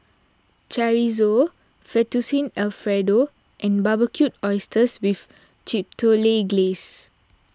Chorizo Fettuccine Alfredo and Barbecued Oysters with Chipotle Glaze